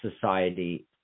society